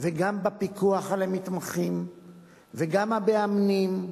וגם בפיקוח על המתמחים וגם על המאמנים.